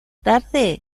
tarde